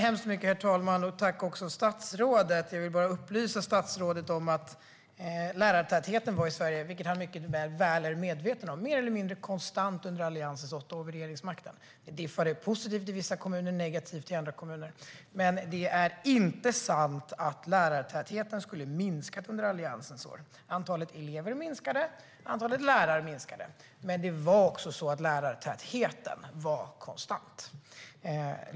Herr talman! Jag tackar statsrådet, men vill upplysa honom om att lärartätheten i Sverige var mer eller mindre konstant under Alliansens åtta år vid regeringsmakten, vilket han egentligen är mycket väl medveten om. Det var positivt i vissa kommuner och negativt i andra kommuner, men det är inte sant att lärartätheten skulle ha minskat under Alliansens år. Antalet elever minskade, liksom antalet lärare, men lärartätheten var konstant.